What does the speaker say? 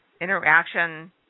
interaction